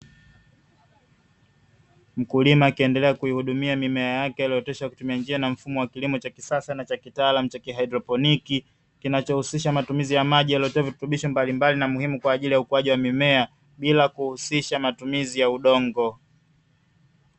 Mkulima akiendelea kuihudumia mimea yake aliyooteshwa kwa kutumia njia na mfumo wa kilimo cha kisasa na cha kitaalamu cha haidroponi, kinachohusisha matumizi ya maji yaliotiwa virutubisho mbalimbali na muhimu kwa ajili ukuaji wa mimea bila kuhusisha matumizi ya udongo.